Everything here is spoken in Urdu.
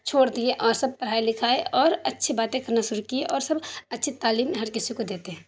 چھوڑ دیے اور سب پڑھائی لکھائی اور اچھے باتیں کرنا شروع کیے اور سب اچھی تعلیم ہر کسی کو دیتے ہیں